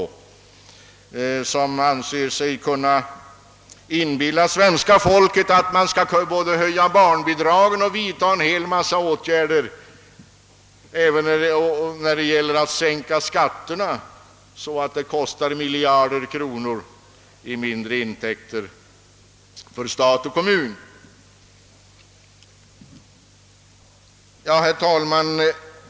Centerpartiet anser sig också kunna inbilla svenska folket att vi skall kunna höja barnbidragen och samtidigt vidta en mängd åtgärder i skattesänkande syfte som innebär miljarder kronor i minskade inkomster för kommunerna och ökade utgifter för staten. Herr talman!